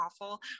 awful